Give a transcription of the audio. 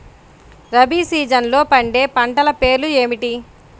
రబీ సీజన్లో పండే పంటల పేర్లు ఏమిటి?